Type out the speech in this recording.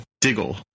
Diggle